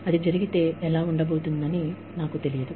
అది జరగబోతుందో లేదో నాకు తెలియదు